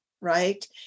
right